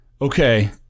Okay